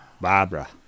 Barbara